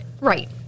Right